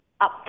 up